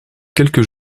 quelques